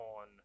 on